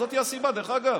זאת הסיבה, דרך אגב,